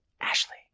Ashley